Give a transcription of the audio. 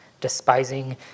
despising